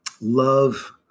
love